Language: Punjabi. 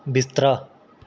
ਬਿਸਤਰਾ